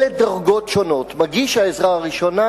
אלה דרגות שונות: מגיש העזרה הראשונה,